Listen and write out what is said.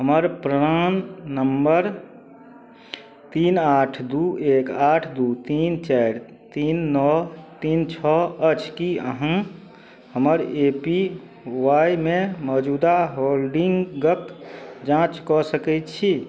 हमर PRAN number तीन आठ दुइ एक आठ दुइ तीन चारि तीन नओ तीन छओ अछि कि अहाँ हमर ए पी वाइ मे मौजूदा होल्डिन्गके जाँच कऽ सकै छी